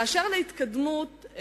באשר להתקדמות,